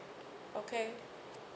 okay